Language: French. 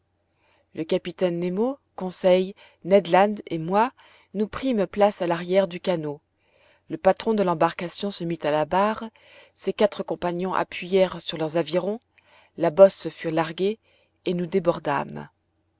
le capitaine nemo conseil ned land et moi nous prîmes place à l'arrière du canot le patron de l'embarcation se mit à la barre ses quatre compagnons appuyèrent sur leurs avirons la bosse fut larguée et nous